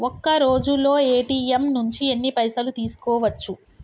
ఒక్కరోజులో ఏ.టి.ఎమ్ నుంచి ఎన్ని పైసలు తీసుకోవచ్చు?